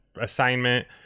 assignment